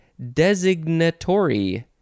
designatory